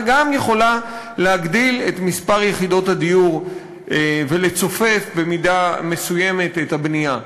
וגם יכולה להגדיל את מספר יחידות הדיור ולצופף במידה מסוימת את הבנייה.